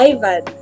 Ivan